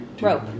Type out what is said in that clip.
Rope